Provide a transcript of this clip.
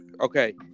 Okay